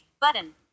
button